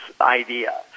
idea